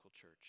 church